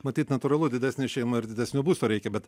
matyt natūralu didesnė šeima ir didesnio būsto reikia bet